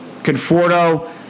Conforto